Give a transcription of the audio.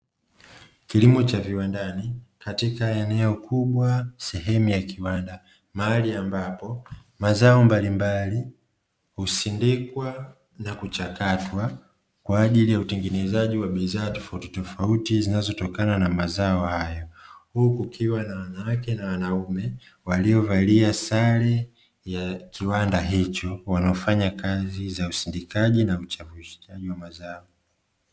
Kilimo cha viwandani katika eneo kubwa sehemu ya kiwanda, mahali ambapo mazao mbalimbali husindikwa na kuchakatwa kwa ajili ya utengenezaji wa bidhaa tofautitofauti zinazotokana na mazao hayo, huku kukiwa na wanawake na wanaume waliovalia sare ya viwanda hicho wanafanya kazi za usindikaji na uchakataji wa mazao.